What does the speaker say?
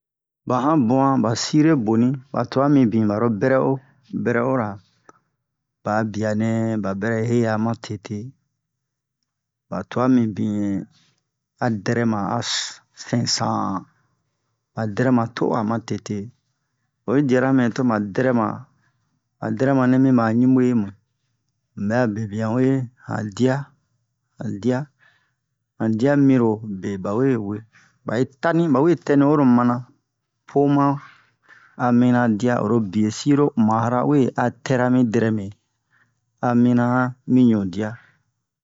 ba hanbu'a ba sire boni ba tua mibin baro bɛrɛ'o bɛrɛ'o ra ba'a bianɛ ba bɛrɛ he'a ma tete ba tua mibin a dɛrɛma as a sin-san ba dɛrɛma to'a ma tete oyi diara me toba dɛrɛma han dɛrɛma nɛ mi ba ɲubwe mu mubɛ'a bebian uwe han dia han dia han dia mirobe bawe we ba'i tani bawe tɛni oro mana poma a mina dia oro biesi lo uma'ara we a tɛra mi dɛrɛme a mina han mi ɲu dia